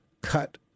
cut